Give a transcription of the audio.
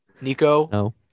Nico